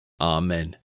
Amen